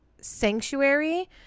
sanctuary